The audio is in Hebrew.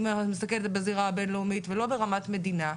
אם אנחנו מסתכלים על זה בזירה הבין-לאומית ולא ברמת מדינה.